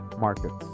markets